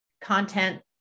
content